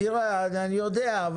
אני יודע.